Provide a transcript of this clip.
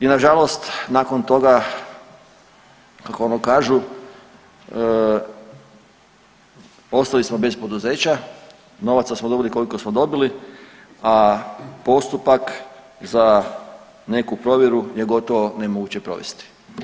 I nažalost nakon toga kako ono kažu, ostali smo bez poduzeća, novaca smo dobili koliko smo dobili, a postupak za neku provjeru je gotovo nemoguće provesti.